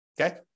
okay